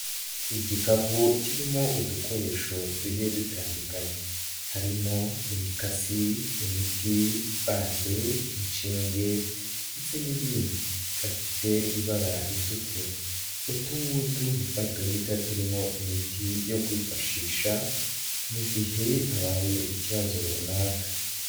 Igikapu kirimo udukoresho tujye dutandukanye; harimo imikasi, imiti, bande, inshinge ndetse n'ibindi, gafite ibara ritukura utungutu ni twatundita turimo imiti yo kwifashisha mu gihe habaye ikibazo runaka.